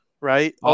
right